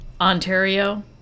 Ontario